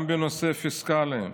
גם בנושאים פיסקליים,